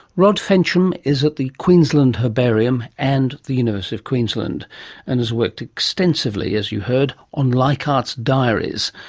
rod fensham is at the queensland herbarium and the university of queensland and has worked extensively, as you heard on leichhardt's diaries,